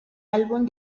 álbum